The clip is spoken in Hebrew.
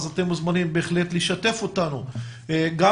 אז אתם מוזמנים בהחלט לשתף אותנו גם